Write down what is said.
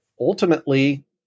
Ultimately